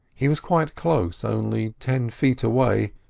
he was quite close, only ten feet away,